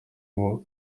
ubu